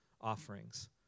offerings